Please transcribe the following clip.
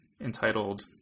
entitled